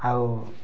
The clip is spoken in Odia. ଆଉ